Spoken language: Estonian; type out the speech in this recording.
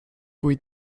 kui